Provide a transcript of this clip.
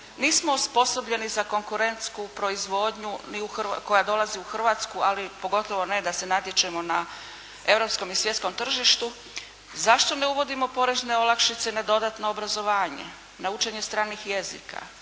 Nismo osposobljeni za konkurentsku proizvodnju ni u, koja dolazi u Hrvatsku ali pogotovo ne da se natječemo na europskom i svjetskom tržištu. Zašto ne uvodimo porezne olakšice na dodatno obrazovanje? Na učenje stranih jezika?